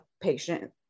patient